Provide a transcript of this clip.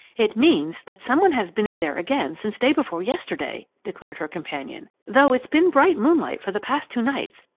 it means that some one has been in there again since day before yesterday, declared her companion, though it's been bright moonlight for the past two nights,